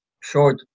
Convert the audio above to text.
short